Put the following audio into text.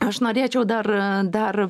aš norėčiau dar dar